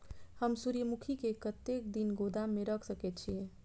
हम सूर्यमुखी के कतेक दिन गोदाम में रख सके छिए?